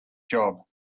job